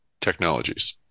Technologies